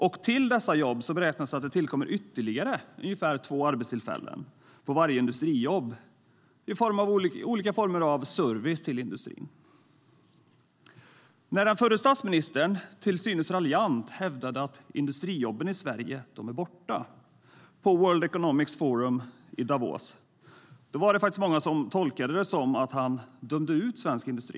Och till dessa jobb beräknas att det tillkommer ytterligare ungefär två arbetstillfällen på varje industrijobb i olika former av service till industrin. När den förre statsministern - till synes raljant - hävdade att industrijobben i Sverige är borta på World Economic Forum i Davos var det många som tolkade det som att han dömde ut svensk industri.